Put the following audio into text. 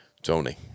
Tony